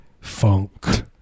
Funk